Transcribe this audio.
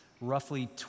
roughly